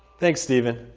thanks stephen.